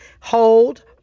hold